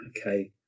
okay